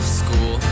school